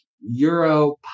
Euro